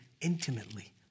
intimately